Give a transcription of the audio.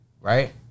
right